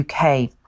UK